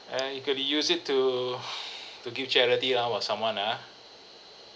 and you could use it to to give charity lah what someone ah